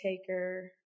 taker